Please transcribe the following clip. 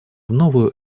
новую